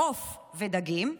עוף ודגים בשבוע,